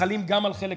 חלים גם על חלק,